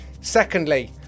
Secondly